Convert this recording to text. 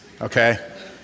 Okay